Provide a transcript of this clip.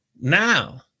Now